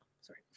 Sorry